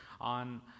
on